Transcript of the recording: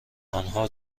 آنها